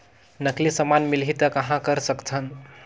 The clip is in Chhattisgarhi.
नकली समान मिलही त कहां कर सकथन?